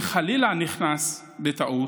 אם חלילה נכנס מישהו בטעות,